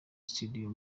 studio